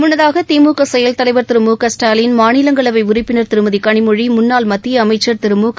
முன்னதாக திமுக செயல் தலைவா் திரு மு க ஸ்டாலின் மாநிலங்களவை உறுப்பினர் திருமதி கனிமொழி முள்ளாள் மத்திய அமைச்சர் திரு முக